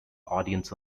audience